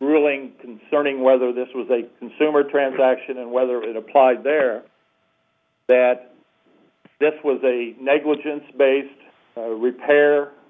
ruling concerning whether this was a consumer transaction and whether it applied there that this was a negligence based repair